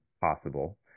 possible